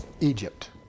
Egypt